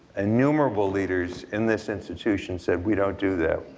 innumerable leaders in this institution said we don't do that.